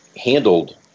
handled